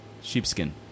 sheepskin